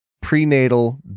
prenatal